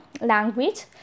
language